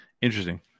Interesting